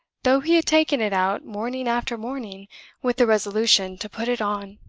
though he had taken it out morning after morning with the resolution to put it on!